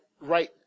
right